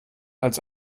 als